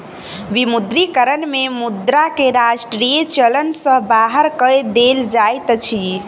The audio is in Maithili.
विमुद्रीकरण में मुद्रा के राष्ट्रीय चलन सॅ बाहर कय देल जाइत अछि